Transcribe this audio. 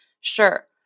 sure